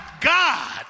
God